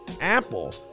Apple